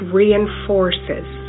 reinforces